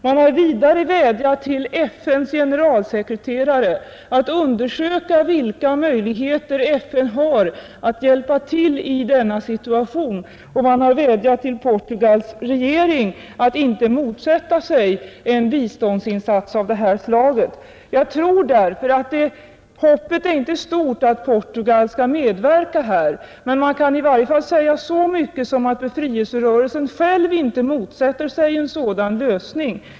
Man har vidare vädjat till FN:s generalsekreterare att undersöka vilka möjligheter FN har att hjälpa till i denna situation. Man har också vädjat till Portugals regering att inte motsätta sig en biståndsinsats av det här slaget. Jag tror inte att hoppet är stort att Portugal skall medverka här, men man kan i varje fall säga så mycket som att befrielserörelsen själv inte motsätter sig en sådan lösning.